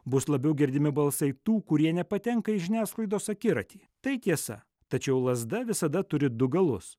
bus labiau girdimi balsai tų kurie nepatenka į žiniasklaidos akiratį tai tiesa tačiau lazda visada turi du galus